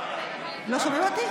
לא שומעים אותך.